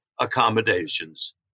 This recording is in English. accommodations